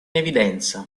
evidenza